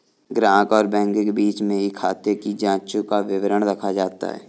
ग्राहक और बैंक के बीच में ही खाते की जांचों का विवरण रखा जाता है